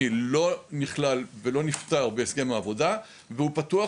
לא נכלל ולא נפתר בהסכם העבודה והוא פתוח.